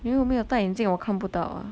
因为我没有戴眼镜我看不到啊